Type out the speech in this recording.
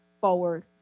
forward